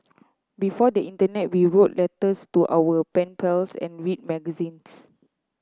before the internet we wrote letters to our pen pals and read magazines